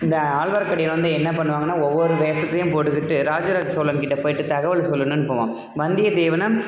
இந்த ஆழ்வார்க்கடியான் வந்து என்ன பண்ணுவாங்கன்னால் ஒவ்வொரு வேஷத்தையும் போட்டுக்கிட்டு ராஜ ராஜ சோழன் கிட்டே போயிட்டு தகவல் சொல்லணும்னு போவான் வந்தியத் தேவனும்